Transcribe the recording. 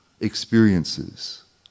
experiences